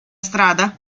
strada